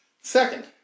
Second